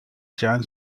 jan